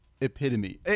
epitome